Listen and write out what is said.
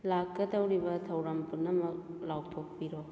ꯂꯥꯛꯀꯗꯧꯔꯤꯕ ꯊꯧꯔꯝ ꯄꯨꯝꯅꯃꯛ ꯂꯥꯎꯊꯣꯛꯄꯤꯔꯣ